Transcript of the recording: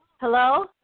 Hello